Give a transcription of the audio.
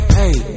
hey